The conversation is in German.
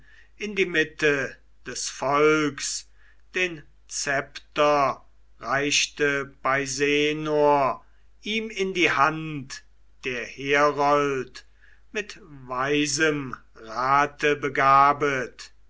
in die mitte des volks den zepter reichte peisenor ihm in die hand der herold mit weisem rate begabet